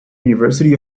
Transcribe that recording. university